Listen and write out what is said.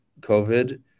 COVID